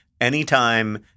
Anytime